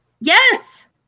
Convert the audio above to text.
Yes